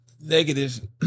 negative